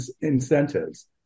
incentives